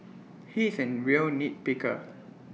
he is A real nitpicker